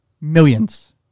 millions